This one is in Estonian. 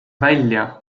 välja